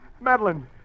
Madeline